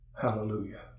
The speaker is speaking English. hallelujah